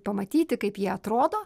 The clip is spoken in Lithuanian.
pamatyti kaip jie atrodo